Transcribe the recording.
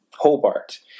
Hobart